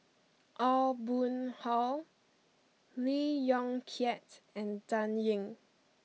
Aw Boon Haw Lee Yong Kiat and Dan Ying